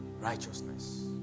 Righteousness